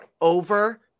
over